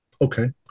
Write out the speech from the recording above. Okay